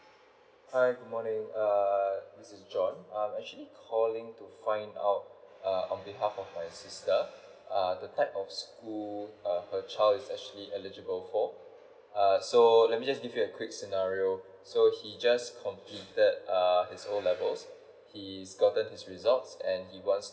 hi good morning err this is john I'm actually calling to find out uh on behalf of my sister uh the type of school uh her child is actually eligible for uh so let me just give you a quick scenario so he just completed uh his O levels he's gotten his results and he wants